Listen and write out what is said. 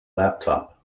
laptop